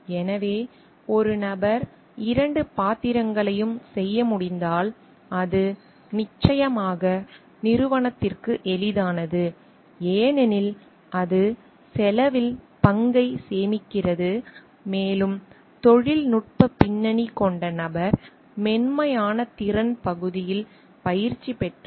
எனவே ஒரு நபர் இரண்டு பாத்திரங்களையும் செய்ய முடிந்தால் அது நிச்சயமாக நிறுவனத்திற்கு எளிதானது ஏனெனில் அது செலவில் பங்கைச் சேமிக்கிறது மேலும் தொழில்நுட்ப பின்னணி கொண்ட நபர் மென்மையான திறன் பகுதியில் பயிற்சி பெற்றால்